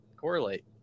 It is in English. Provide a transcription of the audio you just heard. correlate